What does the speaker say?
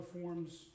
forms